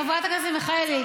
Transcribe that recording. חברת הכנסת מיכאלי,